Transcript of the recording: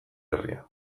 herria